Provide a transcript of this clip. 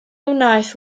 wnaeth